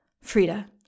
Frida